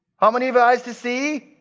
how many have eyes to see?